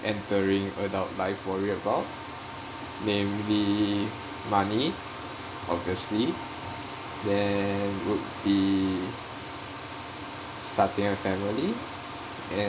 entering adult life worry about mainly money obviously then would be starting a family and